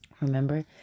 remember